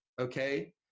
Okay